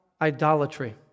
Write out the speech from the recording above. idolatry